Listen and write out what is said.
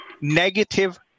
negative